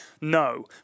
no